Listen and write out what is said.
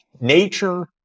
nature